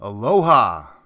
Aloha